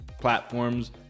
platforms